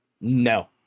No